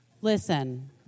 Listen